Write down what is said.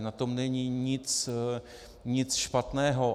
Na tom není nic špatného.